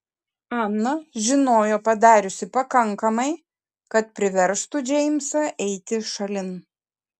ana žinojo padariusi pakankamai kad priverstų džeimsą eiti šalin